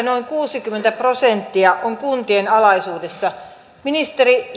noin kuusikymmentä prosenttia on kuntien alaisuudessa ministeri